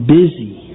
busy